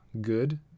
good